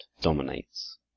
dominates